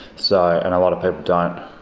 so and a lot of people don't.